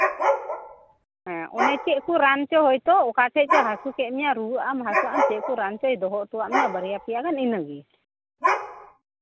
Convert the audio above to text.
ᱦᱮᱸ ᱚᱱᱮ ᱪᱮᱫ ᱠᱚ ᱨᱟᱱ ᱪᱚ ᱚᱠᱟ ᱴᱷᱮᱱ ᱪᱚ ᱦᱟᱹᱥᱩ ᱠᱮᱫ ᱢᱮᱭᱟ ᱨᱩᱣᱟᱹᱜᱼᱟᱢ ᱦᱟᱹᱥᱩᱜᱼᱟᱢ ᱪᱮᱫ ᱠᱚ ᱨᱟᱱ ᱪᱚᱭ ᱫᱚᱦᱚ ᱦᱚᱴᱚᱣᱟᱜ ᱢᱮᱭᱟ ᱵᱟᱨᱭᱟ ᱯᱮᱭᱟ ᱜᱟᱱ ᱤᱱᱟᱹᱜᱮ